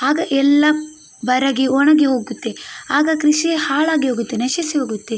ಆಗ ಎಲ್ಲ ಬರಕ್ಕೆ ಒಣಗಿ ಹೋಗುತ್ತೆ ಆಗ ಕೃಷಿ ಹಾಳಾಗಿ ಹೋಗುತ್ತೆ ನಶಿಸಿ ಹೋಗುತ್ತೆ